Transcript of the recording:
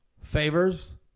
favors